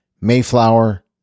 Mayflower